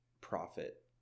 profit